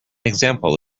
example